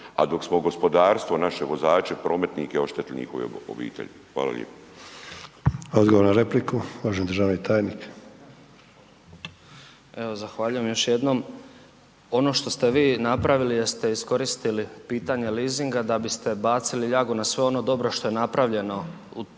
a dok smo gospodarstvo, naše vozače, prometnike oštetili i njihove obitelji. Hvala lijepo. **Sanader, Ante (HDZ)** Odgovor na repliku, uvaženi državni tajnik. **Bilaver, Josip (HDZ)** Evo zahvaljujem još jednom. Ono što ste vi napravili jeste iskoristili pitanje leasinga da biste bacili ljagu na sve ono dobro što je napravljeno u